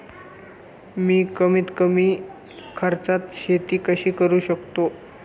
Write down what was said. मी कमीत कमी खर्चात शेती कशी करू शकतो?